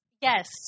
Yes